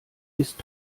ist